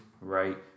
Right